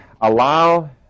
allow